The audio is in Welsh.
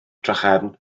drachefn